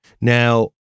Now